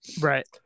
Right